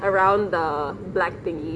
around the black thingy